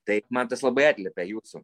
tai man tas labai atliepia jūsų